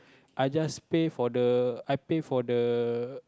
I just pay for the I pay for the